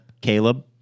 Caleb